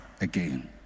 again